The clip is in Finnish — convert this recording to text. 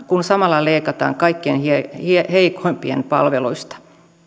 kun samalla leikataan kaikkein heikoimpien palveluista